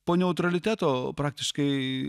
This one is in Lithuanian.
po neutraliteto praktiškai